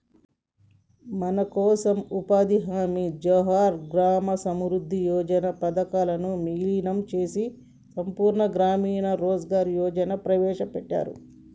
మనకోసం ఉపాధి హామీ జవహర్ గ్రామ సమృద్ధి యోజన పథకాలను వీలినం చేసి సంపూర్ణ గ్రామీణ రోజ్గార్ యోజనని ప్రవేశపెట్టారు